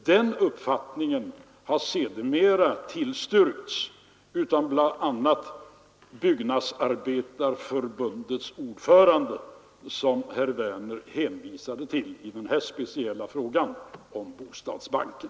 Den uppfattningen har sedermera styrkts av bl.a. Byggnadsarbetareförbundets ordförande, som herr Werner hänvisade till i denna speciella fråga om bostadsbanken.